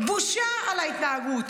בושה על ההתנהגות,